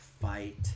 fight